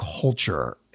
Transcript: culture